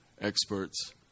experts